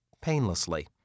painlessly